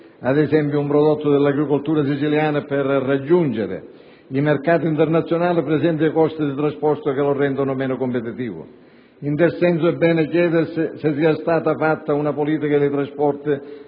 ad esempio, un prodotto dell'agricoltura siciliana per raggiungere i mercati internazionali presenta costi di trasporto che lo rendono meno competitivo*.* In tal senso, è bene chiedersi se sia stata attuata una politica dei trasporti